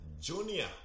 Junior